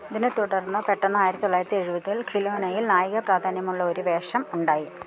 ഇതിനെ തുടര്ന്ന് പെട്ടെന്ന് ആയിരത്തി തൊള്ളായിരത്തി എഴുപതില് ഖിലോനയിൽ നായിക പ്രാധാന്യമുള്ള ഒരു വേഷം ഉണ്ടായി